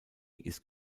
ist